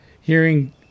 hearing